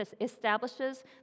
establishes